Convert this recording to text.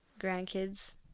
grandkids